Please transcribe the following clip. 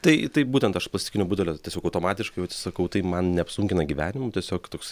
tai taip būtent aš plastikinio butelio tiesiog automatiškai jau atsisakau tai man neapsunkina gyvenimu tiesiog toksai